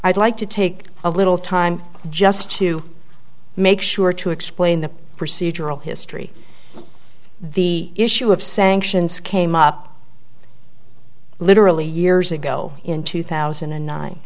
i'd like to take a little time just to make sure to explain the procedural history the issue of sanctions came up literally years ago in two thousand and nine